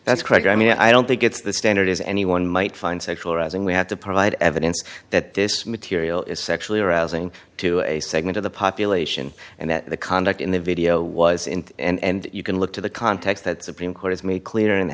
that's correct i mean i don't think it's the standard as anyone might find sexual arising we have to provide evidence that this material is sexually arousing to a segment of the population and that the conduct in the video was in and you can look to the context that supreme court has made clear